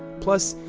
plus,